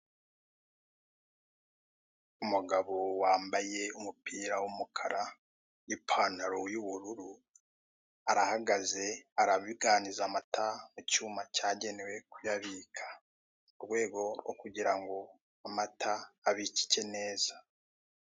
Umugabo wambaye umupira w'umukara nipantaro y'ubururu arahagaze arabuganiza amata mucyuma cyagenewe kuyabika murwego rwo kugirango amata abikike neza